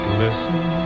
listen